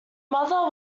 mother